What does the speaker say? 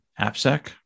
AppSec